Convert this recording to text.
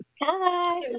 Hi